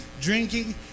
drinking